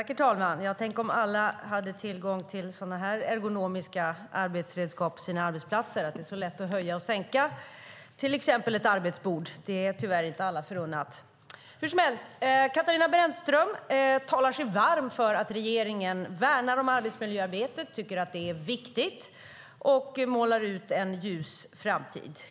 Herr talman! Tänk om alla hade tillgång till sådana här ergonomiska arbetsredskap på sina arbetsplatser och att det är så enkelt att höja och sänka till exempel ett arbetsbord. Det är tyvärr inte alla förunnat. Katarina Brännström talar sig varm för att regeringen värnar om arbetsmiljöarbetet och tycker att det är viktigt, och hon målar upp en ljus framtid.